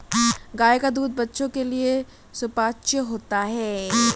गाय का दूध बच्चों के लिए सुपाच्य होता है